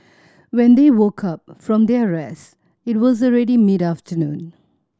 when they woke up from their rest it was already mid afternoon